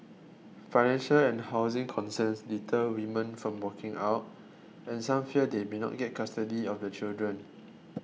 financial and housing concerns deter women from walking out and some fear they may not get custody of the children